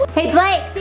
hey blake,